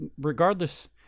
regardless